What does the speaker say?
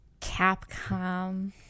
Capcom